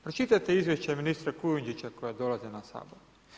Pročitajte izvješće ministra Kujundžića koja dolaze na Sabor.